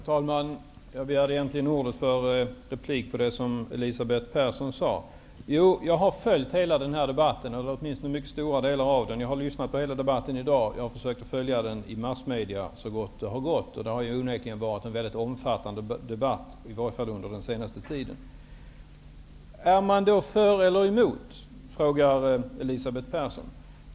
Herr talman! Jag begärde ordet för replik på det som Elisabeth Persson sade. Jag har följt hela debatten, eller åtminstone mycket stora delar av den. Jag har lyssnat på hela debatten i dag och försökt följa den i massmedia. Det har onekligen varit en mycket omfattande debatt -- åtminstone under den senaste tiden. Är man för eller emot, frågar Elisabeth Persson.